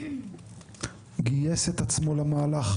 גייס את עצמו למהלך